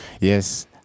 yes